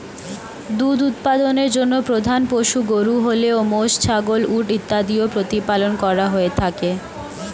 দুধ উৎপাদনের জন্য প্রধান পশু গরু হলেও মোষ, ছাগল, উট ইত্যাদিও প্রতিপালন করা হয়ে থাকে